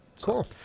cool